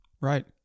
Right